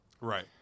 Right